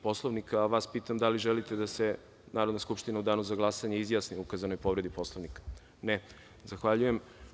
Poslovnika, a vas pitam da li želite da se Narodna skupština u danu za glasanje izjasni o ukazanoj povredi Poslovnika? (Ne) Zahvaljujem.